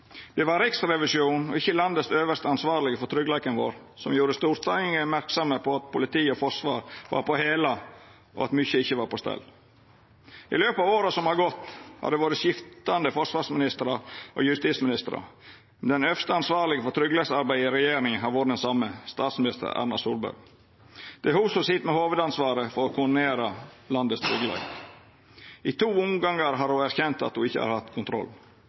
Det var Riksrevisjonen, ikkje den øvste ansvarlege for tryggleiken vår, som gjorde Stortinget merksam på at både politi og forsvar var på hælane, og at mykje ikkje var på stell. I løpet av åra som har gått, har det vore skiftande forsvarsministrar og justisministrar, men den øvste ansvarlege for tryggleiksarbeidet i regjeringa har vore den same: statsminister Erna Solberg. Det er ho som sit med hovudansvaret for å koordinera tryggleiken i landet vårt. I to omgangar har ho erkjent at ho ikkje har hatt kontroll.